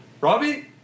Robbie